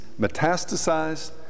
metastasized